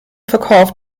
verkauf